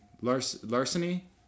Larceny